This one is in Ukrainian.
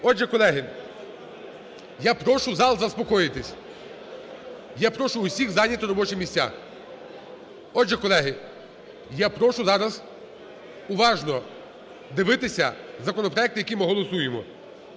Отже, колеги, я прошу зал заспокоїтись. Я прошу всіх зайняти робочі місця. Отже, колеги, я прошу зараз уважно дивитися законопроекти, які ми голосуємо.